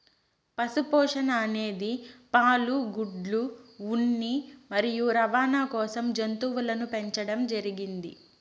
పశు పోషణ అనేది పాలు, గుడ్లు, ఉన్ని మరియు రవాణ కోసం జంతువులను పెంచండం జరిగింది